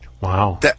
Wow